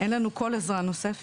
אין לנו כל עזרה נוספת.